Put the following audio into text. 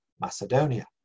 Macedonia